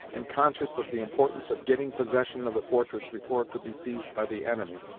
and conscious of the importance of getting possession of the fortress before it could be seized by the enemy,